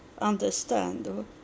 understand